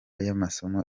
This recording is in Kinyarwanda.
y’amasomo